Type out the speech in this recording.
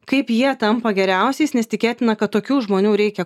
kaip jie tampa geriausiais nes tikėtina kad tokių žmonių reikia